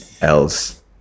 else